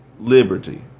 liberty